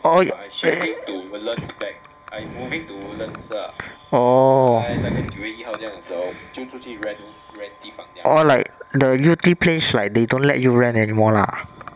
oh oh orh like the yew tee place like they don't let you rent anymore lah